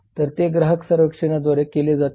तर ते ग्राहक सर्वेक्षणांद्वारे केले जाते